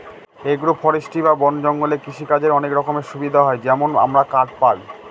agro forestry বা বন জঙ্গলে কৃষিকাজের অনেক রকমের সুবিধা হয় যেমন আমরা কাঠ পায়